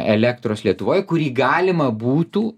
elektros lietuvoj kurį galima būtų